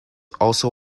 also